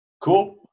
cool